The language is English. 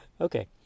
Okay